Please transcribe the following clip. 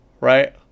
Right